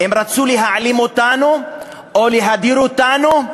הם רצו להעלים אותנו או להדיר אותנו,